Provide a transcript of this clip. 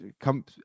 come